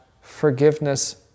forgiveness